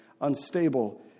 unstable